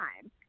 time